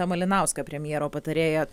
malinauską premjero patarėją